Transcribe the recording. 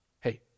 hey